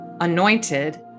anointed